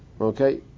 Okay